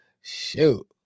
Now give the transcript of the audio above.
Shoot